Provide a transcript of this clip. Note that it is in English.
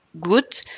good